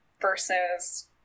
versus